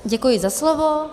Děkuji za slovo.